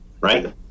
right